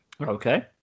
okay